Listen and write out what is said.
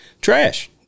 trash